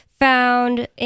Found